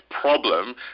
problem